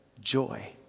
joy